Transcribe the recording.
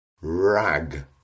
rag